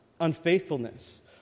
unfaithfulness